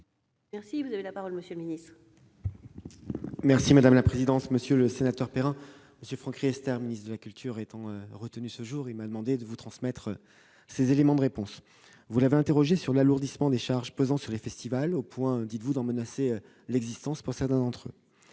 envisagez-vous ? La parole est à M. le secrétaire d'État. Monsieur le sénateur Cédric Perrin, M. Franck Riester, ministre de la culture, étant retenu ce jour, il m'a demandé de vous transmettre ces éléments de réponse. Vous l'avez interrogé sur l'alourdissement des charges pesant sur les festivals, au point, dites-vous, d'en menacer l'existence pour certains d'entre eux.